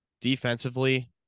Defensively